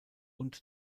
und